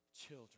children